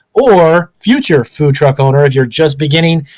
or future food truck owner, if you're just beginning,